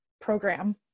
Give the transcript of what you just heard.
program